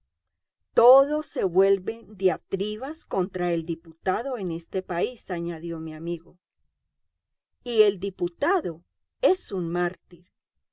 todo se vuelven diatribas contra el diputado en este país añadió mi amigo y el diputado es un mártir